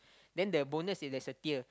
then the bonus is there's a tier